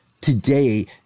today